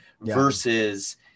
versus